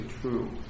true